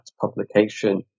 publication